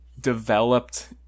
developed